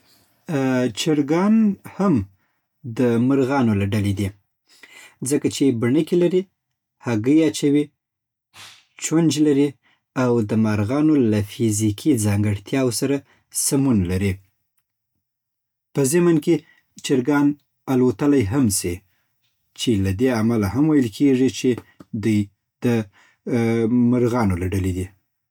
هو، چرګان هم د مارغانو له ډلې دي، ځکه چې بڼکې لري، هګۍ اچوي، چونچ لري او د مارغانو له فزیکي ځانګړتیاوو سره سمون لري. په ضمن کی چرکان الوتلای هم سی جی له دی امله هم ویل کیږی چی دوی د مرغانو له ډلی دی